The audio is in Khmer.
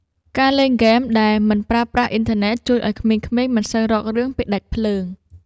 ការលេងហ្គេមដែលមិនប្រើប្រាស់អ៊ីនធឺណិត ជួយឱ្យក្មេងៗមិនសូវរករឿងពេលដាច់ភ្លើង។